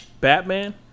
Batman